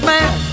Man